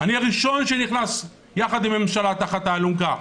אני הראשון שנכנס יחד עם הממשלה תחת האלונקה.